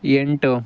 ಎಂಟು